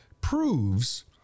proves